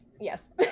yes